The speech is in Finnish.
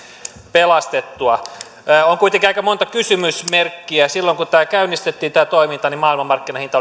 pelastettua on kuitenkin aika monta kysymysmerkkiä silloin kun tämä toiminta käynnistettiin niin maailmanmarkkinahinta